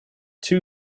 two